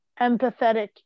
empathetic